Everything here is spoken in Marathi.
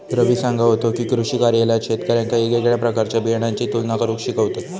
रवी सांगा होतो की, कृषी कार्यालयात शेतकऱ्यांका येगयेगळ्या प्रकारच्या बियाणांची तुलना करुक शिकवतत